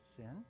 sin